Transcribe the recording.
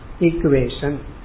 Equation